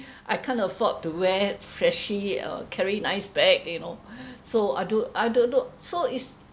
I can't afford to wear flashy uh carry nice bag you know so I do I don't know so it's